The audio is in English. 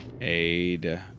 Aid